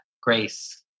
grace